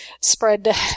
spread